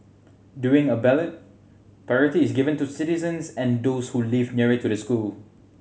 during a ballot priority is given to citizens and those who live nearer to the school